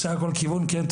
שעה לכל כיוון, כן.